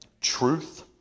truth